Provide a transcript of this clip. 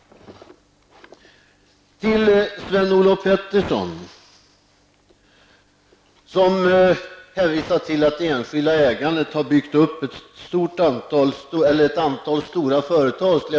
Sven-Olof Petersson hänvisade till att det enskilda ägandet har byggt upp ett antal stora företag.